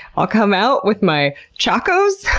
i'll come out with my chacos!